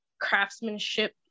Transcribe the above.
craftsmanship